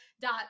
dot